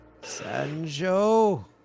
Sanjo